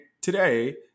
today